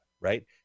right